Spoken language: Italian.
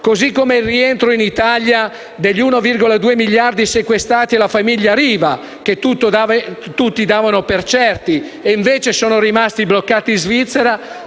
così come il rientro in Italia degli 1,2 miliardi di euro sequestrati alla famiglia Riva, che tutti davano per certi e che invece sono rimasti bloccati in Svizzera